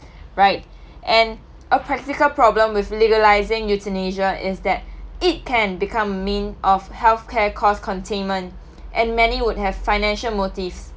right and a practical problem with legalising euthanasia is that it can become means of healthcare cost containment and many would have financial motives